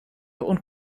und